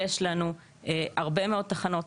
יש לנו הרבה מאוד תחנות,